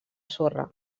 sorra